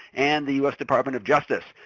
and the us department of justice.